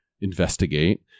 investigate